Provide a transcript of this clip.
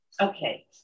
Okay